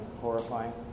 horrifying